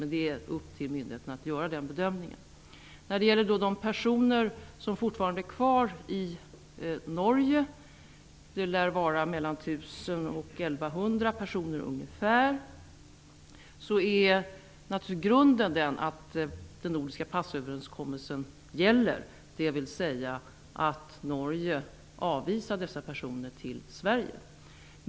Men det är upp till myndigheterna att göra den bedömningen. När det gäller de personer som fortfarande är kvar i Norge -- det lär vara mellan 1 000 och 1 100 personer -- är grunden att den nordiska passöverenskommelsen gäller, dvs. Norge avvisar dessa personer till Sverige.